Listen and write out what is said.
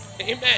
amen